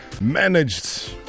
managed